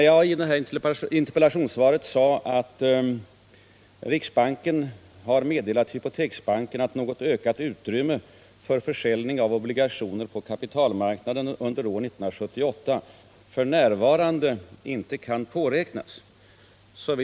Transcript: Jag sade i interpellationssvaret att riksbanken har meddelat Hypoteksbanken att något ökat utrymme för försäljning av obligationer på kapitalmarknaden under år 1978 f. n. inte kan påräknas.